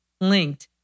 linked